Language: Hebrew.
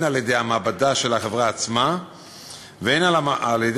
הן על-ידי המעבדה של החברה עצמה והן על-ידי